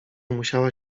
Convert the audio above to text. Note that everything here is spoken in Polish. musiała